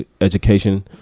education